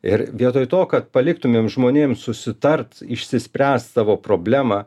ir vietoj to kad paliktumėm žmonėm susitart išsispręst savo problemą